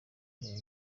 bakurwa